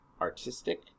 artistic